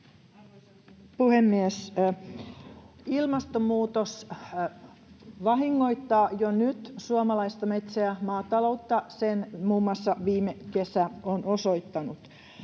Arvoisa puhemies! Ilmastonmuutos vahingoittaa jo nyt suomalaista metsä- ja maataloutta, sen muun muassa viime kesä on osoittanut.